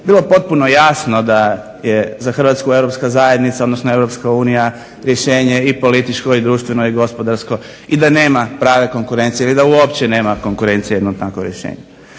bilo potpuno jasno da je za Hrvatsku Europska unija rješenje i političko i društveno i gospodarsko i da nema prave konkurencije i da uopće nema konkurencije jedno tako rješenje.